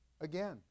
again